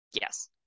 Yes